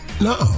No